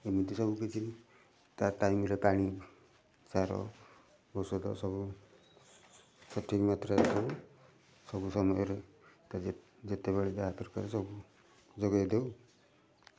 ଏମିତି ସବୁ କିଛି ତା ଟାଇମ୍ରେ ପାଣି ସାର ଔଷଧ ସବୁ ସଠିକ୍ ମାତ୍ରାରେ ସବୁ ସବୁ ସମୟରେ ଯେତେବେଳେ ଯାହା ଦରକାର ସବୁ ଯୋଗାଇ ଦେଉ